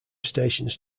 stations